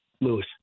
lewis